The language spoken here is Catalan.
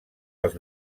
els